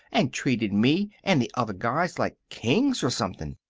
and treated me and the other guys like kings or something.